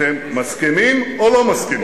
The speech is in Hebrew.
אתם מסכימים או לא מסכימים?